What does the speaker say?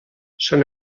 són